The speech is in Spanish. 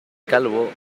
calvo